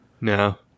No